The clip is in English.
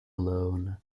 alone